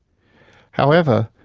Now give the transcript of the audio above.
however,